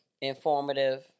Informative